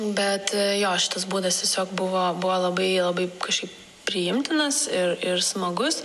bet jo šitas būdas tiesiog buvo buvo labai labai kažkaip priimtinas ir ir smagus